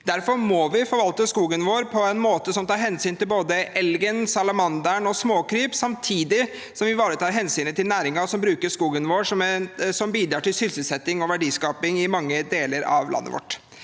Derfor må vi forvalte skogen vår på en måte som tar hensyn til både elgen, salamanderen og småkryp, samtidig som vi ivaretar hensynet til næringen som bruker skogen vår, som bidrar til sysselsetting og verdiskaping i mange deler av landet vårt.